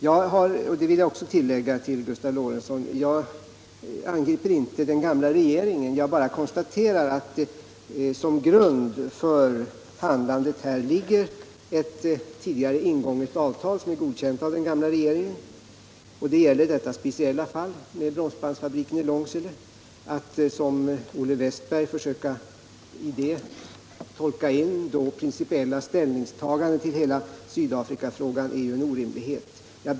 Vidare vill jag säga till Gustav Lorentzon att jag angriper inte den gamla regeringen, utan jag konstaterar bara att som grund för handlandet ligger ett tidigare ingånget avtal, godkänt av den gamla regeringen. Det gäller just Bromsbandsfabriken i Långsele. Sedan försökte Olle Wästberg i Stockholm tolka in vårt ställningstagande till hela Sydafrikafrågan, men det är ju orimligt.